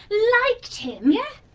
liked him? yeah.